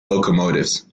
locomotives